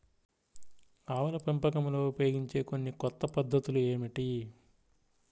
ఆవుల పెంపకంలో ఉపయోగించే కొన్ని కొత్త పద్ధతులు ఏమిటీ?